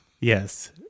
Yes